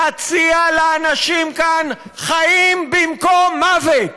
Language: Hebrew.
להציע לאנשים כאן חיים במקום מוות.